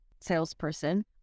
salesperson